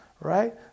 right